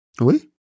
Oui